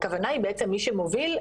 הכוונה היא בעצם מי שמוביל,